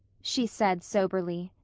she said soberly.